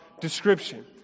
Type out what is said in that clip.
description